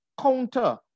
counter